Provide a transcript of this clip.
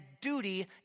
duty